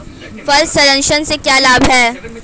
फल संरक्षण से क्या लाभ है?